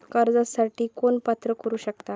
कर्जासाठी कोण पात्र ठरु शकता?